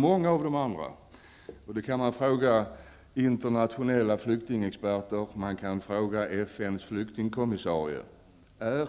Många av de andra -- och det är bara att kontrollera med internationella flyktingexperter eller med FNs flyktingkommissarie -- är